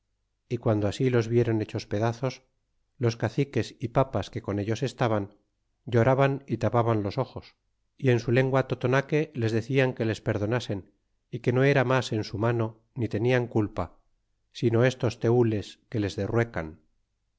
y guando así los vieron hechos pedazos os caciques y papas que con ellos estaban lloraban y tapaban los ojos y en su lengua totonaque les decian que les perdonasen y que no era mas en su mano ni tenian culpa sino estos tenles que les derruecan